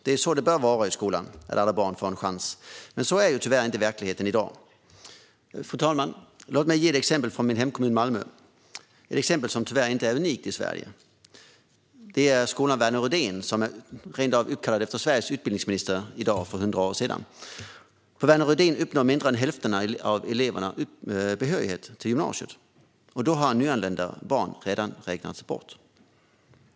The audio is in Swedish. Det är så det bör vara i skolan - alla barn får en chans. Men sådan är tyvärr inte verkligheten i dag. Fru talman! Låt mig ge ett exempel från min hemkommun Malmö, ett exempel som tyvärr inte är unikt i Sverige. Värner Rydénskolan är uppkallad efter Sveriges utbildningsminister för hundra år sedan. På Värner Rydénskolan uppnår mindre än hälften av eleverna behörighet till gymnasiet, och då har nyanlända barn redan räknats bort.